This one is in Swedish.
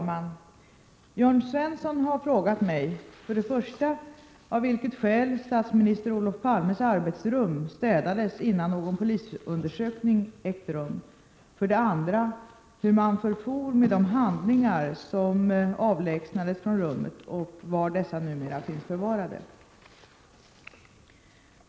Herr talman! Jörn Svensson har frågat mig 2. hur man förfor med de handlingar som avlägsnades från rummet och var dessa numera finns förvarade.